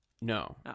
No